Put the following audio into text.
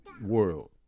world